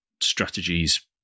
strategies